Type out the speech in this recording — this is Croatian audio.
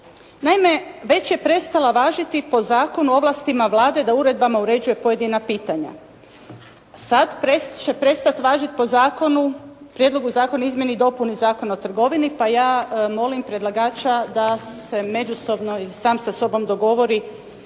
Naime, već je prestala važiti po zakonu i ovlastima Vlade da uredbama uređuje pojedina pitanja. Sad će prestati važiti po Prijedlogu zakona o izmjeni i dopuni Zakon o trgovini, pa ja molim predlagača da se međusobno ili sam sa sobom dogovori